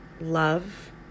love